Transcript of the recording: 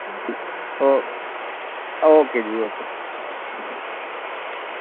ओ okay जी okay